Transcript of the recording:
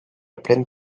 plaine